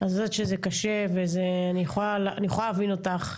אני יודעת שזה קשה ואני יכולה להבין אותך,